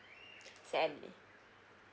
sally